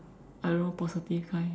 I don't know positive kind